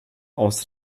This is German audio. aus